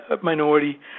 minority